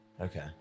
Okay